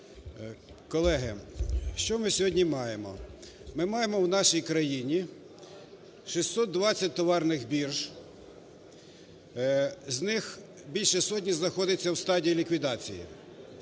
Колеги, що ми сьогодні маємо? Ми маємо в нашій країні 620 товарних бірж, з них більше сотні знаходяться в стадії ліквідації.